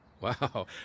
Wow